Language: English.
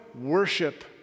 worship